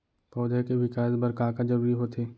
पौधे के विकास बर का का जरूरी होथे?